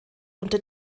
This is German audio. unter